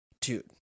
Dude